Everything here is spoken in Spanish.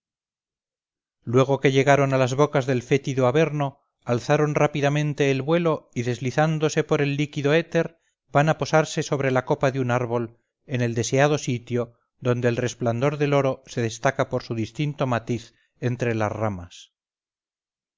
luego que llegaron a las bocas del fétido averno alzaron rápidamente el vuelo y deslizándose por el líquido éter van a posarse sobre la copa de un árbol en el deseado sitio donde el resplandor del oro se destaca por su distinto matiz entre las ramas